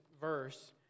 verse